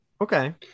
okay